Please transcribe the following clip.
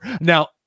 now